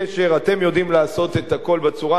אתם יודעים לעשות את הכול בצורה נכונה,